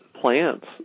plants